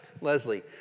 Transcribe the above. Leslie